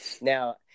Now